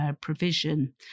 provision